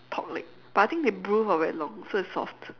pork leg but I think they brew for very long so it's soft